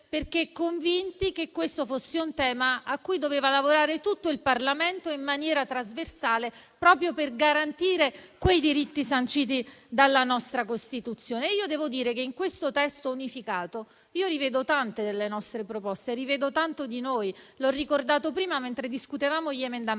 perché convinti che questo fosse un tema a cui doveva lavorare tutto il Parlamento, in maniera trasversale, proprio per garantire quei diritti sanciti dalla nostra Costituzione. Devo dire che in questo testo unificato rivedo tante delle nostre proposte e rivedo tanto di noi, e l'ho ricordato prima, mentre discutevamo gli emendamenti.